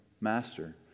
master